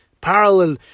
parallel